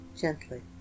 gently